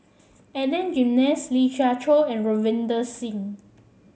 Adan Jimenez Lee Siew Choh and Ravinder Singh